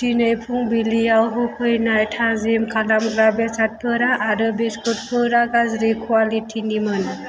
दिनै फुंबिलियाव होफैनाय थाजिम खालामग्रा बेसादफोरा आरो बिस्कुटफोरा गाज्रि क्वालिटिनिमोन